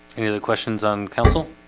any other questions on council